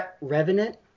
revenant